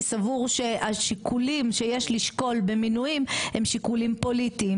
סבור שהשיקולים שיש לשקול במינויים הם שיקולים פוליטיים,